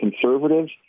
conservatives